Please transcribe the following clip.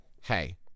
Hey